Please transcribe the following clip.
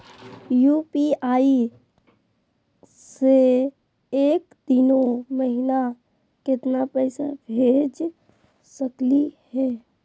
UPI स एक दिनो महिना केतना पैसा भेज सकली हे?